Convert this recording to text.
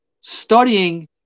studying